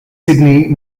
sydney